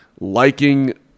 liking